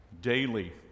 daily